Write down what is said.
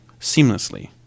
seamlessly